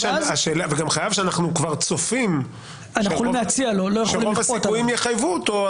שאנו צופים שרוב הסיכויים יחייבו אותו,